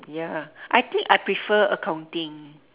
ya I think I prefer accounting